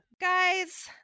guys